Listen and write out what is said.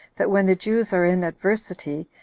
that when the jews are in adversity,